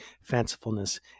fancifulness